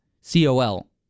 C-O-L